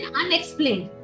unexplained